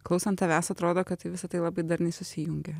klausant tavęs atrodo kad tai visa tai labai darniai susijungia